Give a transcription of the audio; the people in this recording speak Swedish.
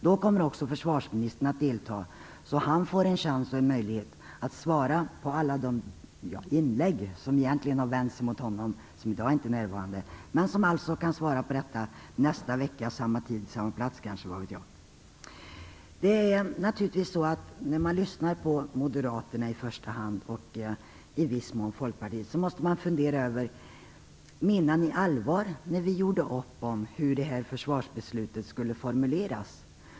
Då kommer också försvarsministern att delta, så att han får en chans och en möjlighet att svara på alla inlägg som i dag egentligen vänder sig till honom som inte är närvarande. När man lyssnar på moderaterna i första hand och i viss mån på Folkpartiet måste man fundera över: Menade ni allvar när vi gjorde upp om hur försvarsbeslutet skulle formuleras?